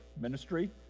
ministry